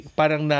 parang